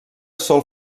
sol